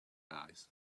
eyes